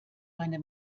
meine